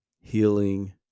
healing